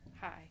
Hi